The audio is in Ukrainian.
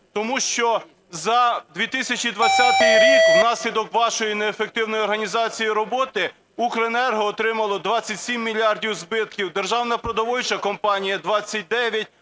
Тому що за 2020 рік внаслідок вашої неефективної організації і роботи Укренерго отримало 27 мільярдів збитків, Державна продовольча компанія - 29,